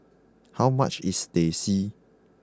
how much is Teh C